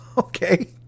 Okay